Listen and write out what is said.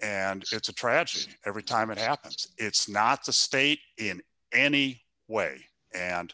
and it's a tragedy every time it happens it's not a state in any way and